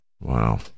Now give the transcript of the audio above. Wow